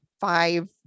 five